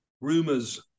rumors